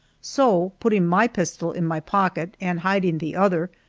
so putting my pistol in my pocket and hiding the other,